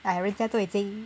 哎人家都已经